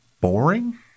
boring